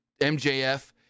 MJF